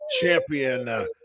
Champion